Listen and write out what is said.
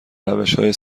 روشهای